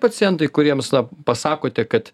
pacientai kuriems na pasakote kad